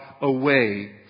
away